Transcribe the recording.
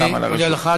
אני מודה לך.